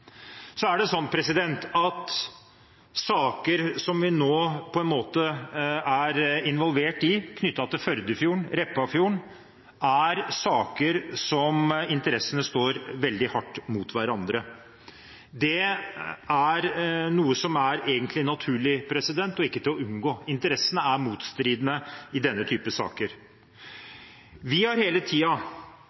Så er det slik at saker som vi nå på en måte er involvert i knyttet til Førdefjorden og Repparfjorden, er saker der interessene står veldig hardt mot hverandre. Det er noe som egentlig er naturlig og ikke til å unngå, interessene er motstridende i denne type saker. Vi har hele